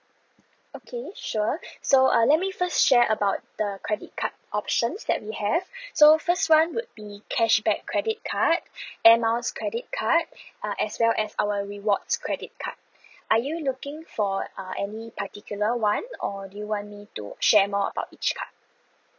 okay sure so uh let me first share about the credit card options that we have so first one would be cashback credit card air miles credit card uh as well as our rewards credit card are you looking for uh any particular one or do you want me to share more about each card